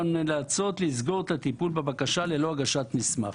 ואנחנו נאלצות לסגור את הטיפול בבקשה ללא הגשת מסמך".